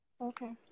Okay